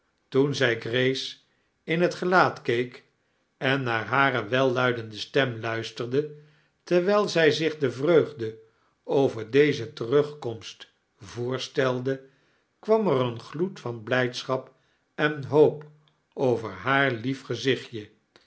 toen zij grace in het gelaat keek en naar hare welluidende stem luisterdey terwijl zij zich de vreugde over deze terugkomst voorstelde kwam ex een gloed van blijdsohap en hoop over haar lief gezichtje